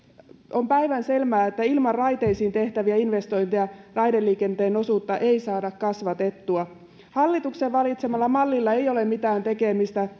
on päivänselvää että ilman raiteisiin tehtäviä investointeja raideliikenteen osuutta ei saada kasvatettua hallituksen valitsemalla mallilla ei ole mitään tekemistä